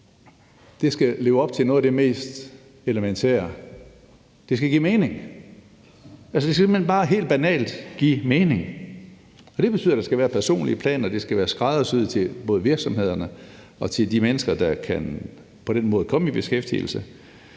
form skal leve op til noget af det mest elementære. Det skal give mening. Det skal simpelt hen bare helt banalt give mening. Og det betyder, at der skal være et personligt plan, og at det skal være skræddersyet til både virksomhederne og til de mennesker, der på den måde kan komme i beskæftigelse.